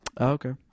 Okay